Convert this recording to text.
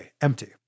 empty